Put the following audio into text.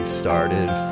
started